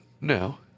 No